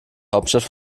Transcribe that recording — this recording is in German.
hauptstadt